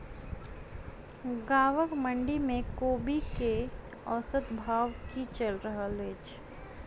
गाँवक मंडी मे कोबी केँ औसत भाव की चलि रहल अछि?